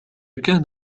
كان